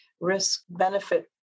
risk-benefit